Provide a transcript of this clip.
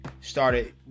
started